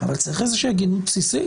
אבל צריך איזושהי הגינות בסיסית.